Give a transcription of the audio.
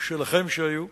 שהיו שלכם,